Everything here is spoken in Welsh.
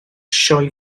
sioe